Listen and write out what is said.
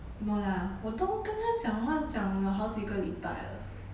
no lah 我都跟他讲话讲了好几个礼拜了